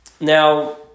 Now